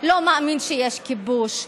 לא מאמין שיש כיבוש.